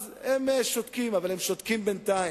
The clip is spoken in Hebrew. אז הם שותקים, אבל הם שותקים בינתיים.